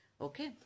Okay